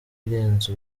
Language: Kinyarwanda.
irenze